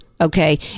Okay